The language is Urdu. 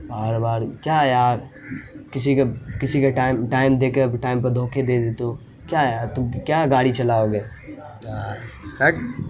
بار بار کیا یار کسی کا کسی کا ٹائم ٹائم دے کے پھر ٹائم پہ دھوکے دے دیتے ہو کیا یار تم کیا گاڑی چلاؤ گے ہٹ